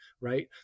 right